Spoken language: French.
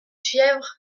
fièvre